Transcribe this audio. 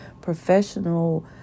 professional